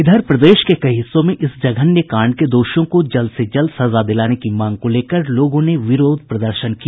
इधर प्रदेश के कई हिस्सों में इस जघन्य कांड के दोषियों को जल्द से जल्द सजा दिलाने की मांग को लेकर लोगों ने विरोध प्रदर्शन किया